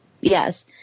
Yes